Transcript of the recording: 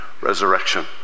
resurrection